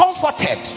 comforted